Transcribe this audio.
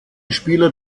spieler